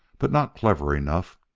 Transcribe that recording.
but not clever enough.